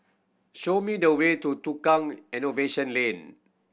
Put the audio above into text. show me the way to Tukang Innovation Lane